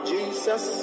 Jesus